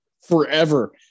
forever